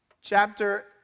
chapter